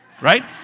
right